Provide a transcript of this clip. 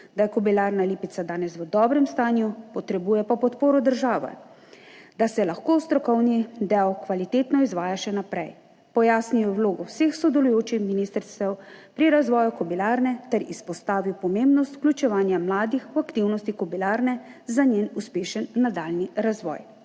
da je Kobilarna Lipica danes v dobrem stanju, potrebuje pa podporo države, da se lahko strokovni del kvalitetno izvaja še naprej. Pojasnil je vlogo vseh sodelujočih ministrstev pri razvoju Kobilarne ter izpostavil pomembnost vključevanja mladih v aktivnosti Kobilarne za njen uspešen nadaljnji razvoj.